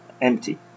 empty